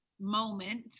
moment